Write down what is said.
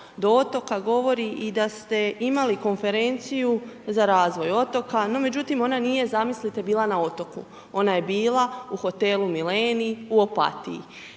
do otoka, govori da ste imali konferenciju za razvoj otoka, no, međutim, ona nije zamislite bila na otoku, ona je bila u hotelu Milenij u Opatiji.